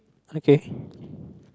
okay